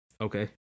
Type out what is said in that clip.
Okay